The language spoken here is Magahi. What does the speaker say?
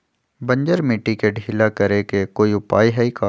बंजर मिट्टी के ढीला करेके कोई उपाय है का?